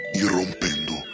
irrompendo